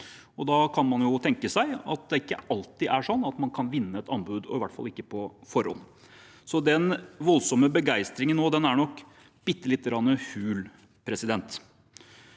Da kan man jo tenke seg at det ikke alltid er sånn at man kan vinne et anbud, og i hvert fall ikke på forhånd. Så den voldsomme begeistringen nå er nok bitte lite grann hul. Det